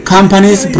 Companies